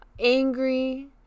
angry